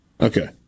Okay